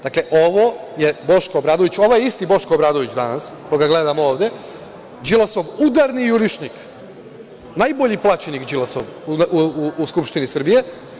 Dakle, ovo je Boško Obradović, ovaj isti Boško Obradović danas koga gledamo ovde Đilasov udarni jurišnik, najbolji plaćenik Đilasov u Skupštini Srbije.